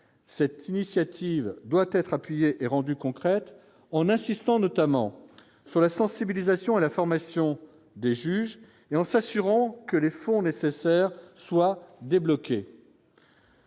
cette initiative doit être appuyé est rendu concrète en insistant notamment sur la sensibilisation à la formation des juges et en s'assurant que les fonds nécessaires soient débloqués.